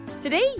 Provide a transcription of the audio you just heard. Today